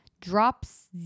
drops